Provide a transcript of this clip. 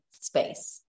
space